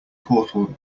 portal